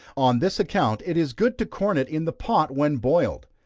on this account it is good to corn it in the pot when boiled.